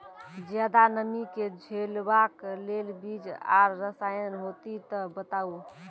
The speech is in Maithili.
ज्यादा नमी के झेलवाक लेल बीज आर रसायन होति तऽ बताऊ?